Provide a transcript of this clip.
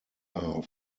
are